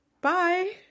Bye